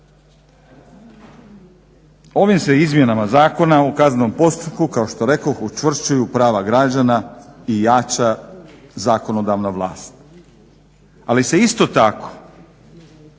Ovim se izmjenama Zakona o kaznenom postupku kao što rekoh učvršćuju prava građana i jača zakonodavna vlast. Ali se isto tako